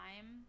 time